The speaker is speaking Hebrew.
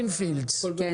כן,